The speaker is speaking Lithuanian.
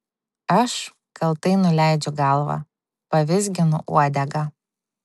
aš kaltai nuleidžiu galvą pavizginu uodegą